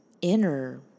inner